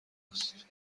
است